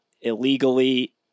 illegally